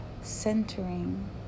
centering